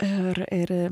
ir ir